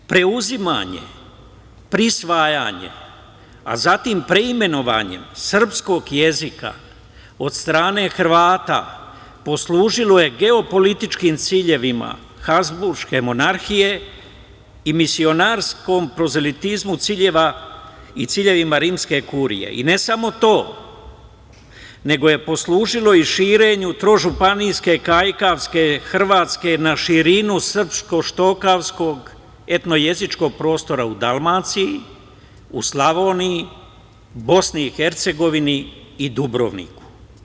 Preuzimanjem, prisvajanjem, a zatim preimenovanjem srpskog jezika, od strane Hrvata, poslužilo je geopolitičkim ciljevima, Habzburške monarhije i misionarskom prozelitizmu ciljeva i ciljevima rimske kurije, ne samo to, nego je poslužilo i širenju trožupanijske, kajkavske, hrvatske na širinu srpsko-štokavskog etno-jezičkog prostora u Dalmaciji, u Slavoniji, BiH i Dubrovniku.